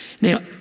now